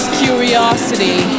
curiosity